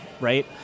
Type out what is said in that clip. right